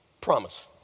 Promise